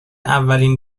اولین